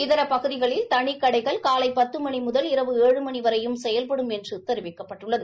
இதர பகுதிகளில் தனி கடைகள் காலை பத்து மணி முதல் இரவு ஏழு வரையும் செயல்படும் என்று தெரிவிக்கப்பட்டுள்ளது